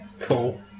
cool